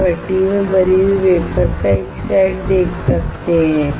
आप भट्टी में भरी हुई वेफर का एक सेट देख सकते हैं